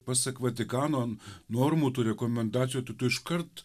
pasak vatikano normų tų rekomendacijų tai tu iškart